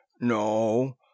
No